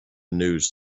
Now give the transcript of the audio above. news